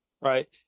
right